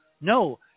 no